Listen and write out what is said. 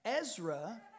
Ezra